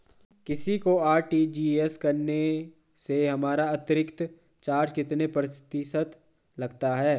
किसी को आर.टी.जी.एस करने से हमारा अतिरिक्त चार्ज कितने प्रतिशत लगता है?